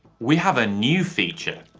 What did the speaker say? we have a new feature.